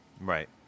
Right